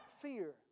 fear